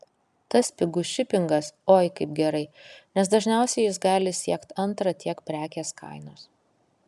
tas pigus šipingas oi kaip gerai nes dažniausiai jis gali siekt antrą tiek prekės kainos